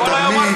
אני תמיד,